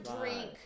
drink